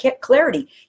clarity